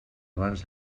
abans